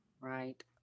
Right